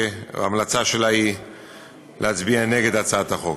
וההמלצה שלה היא להצביע נגד הצעת החוק.